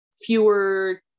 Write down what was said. fewer